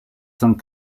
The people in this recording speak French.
cent